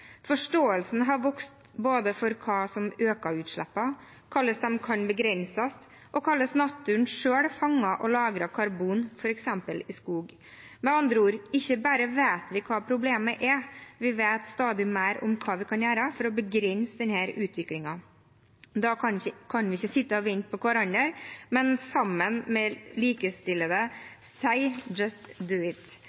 Forståelsen har vokst, både for hva som øker utslippene, hvordan de kan begrenses, og hvordan naturen selv fanger og lagrer karbon, f.eks. i skog. Med andre ord: Ikke bare vet vi hva problemet er, vi vet stadig mer om hva vi kan gjøre for å begrense denne utviklingen. Da kan vi ikke sitte og vente på hverandre, men sammen med